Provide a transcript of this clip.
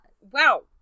Wow